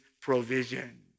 provision